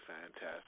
fantastic